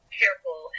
careful